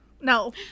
no